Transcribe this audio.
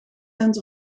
bent